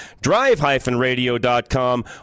drive-radio.com